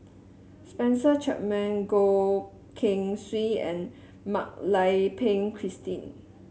Spencer Chapman Goh Keng Swee and Mak Lai Peng Christine